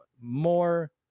more